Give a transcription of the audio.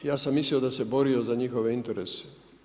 Ja sam mislio da se borio za njihove interese.